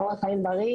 עם אורח חיים בריא,